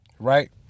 Right